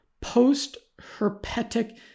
post-herpetic